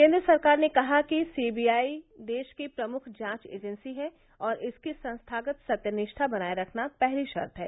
केन्द्र सरकार ने कहा कि सी बी आई देश की प्रमुख जांच एजेंसी है और इसकी संस्थागत सत्यनिष्ठा बनाये रखना पहली शर्त है